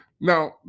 Now